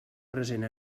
present